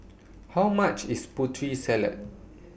How much IS Putri Salad